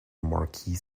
marquee